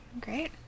Great